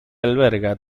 alberga